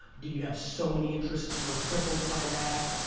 did you have so many interests, you were crippled by that,